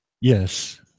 Yes